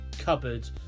cupboard